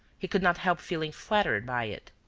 he could not help feeling flattered by it.